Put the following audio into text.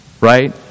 right